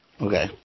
okay